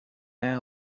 our